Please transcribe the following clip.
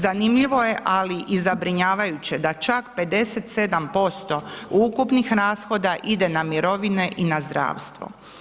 Zanimljivo je, ali i zabrinjavajuće da čak 57% ukupnih rashoda ide na mirovine i na zdravstvo.